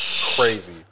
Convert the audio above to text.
crazy